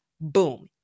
Boom